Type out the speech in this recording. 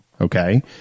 okay